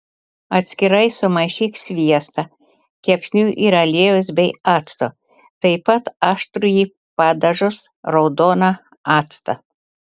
atskirai sumaišyk sviestą kepsnių ir aliejaus bei acto taip pat aštrųjį padažus raudoną actą